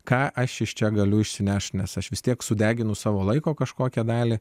ką aš iš čia galiu išsineš nes aš vis tiek sudeginu savo laiko kažkokią dalį